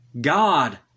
God